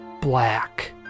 black